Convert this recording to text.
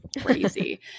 crazy